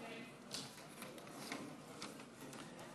חברי הכנסת.